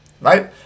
right